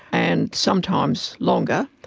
and sometimes longer.